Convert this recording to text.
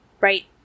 right